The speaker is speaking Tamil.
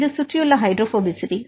இது சுற்றியுள்ள ஹைட்ரோபோபசிட்டி